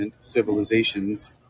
civilizations